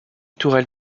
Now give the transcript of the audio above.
tourelle